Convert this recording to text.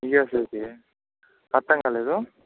యూఎస్ఎకి అర్థం కాలేదు